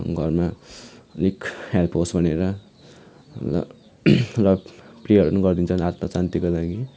घरमा अलिक हेल्प होस् भनेर र प्रेहरू पनि गरिदिन्छन् आत्मा शान्तिको लागि